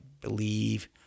believe